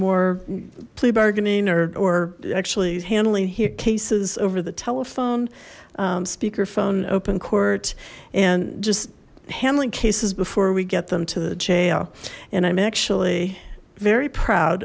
more plea bargaining or actually handling here cases over the telephone speakerphone open court and just handling cases before we get them to the jail and i'm actually very proud